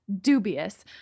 dubious